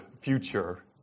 future